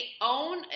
own